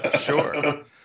Sure